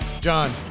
John